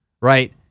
right